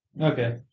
Okay